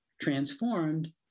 transformed